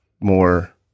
more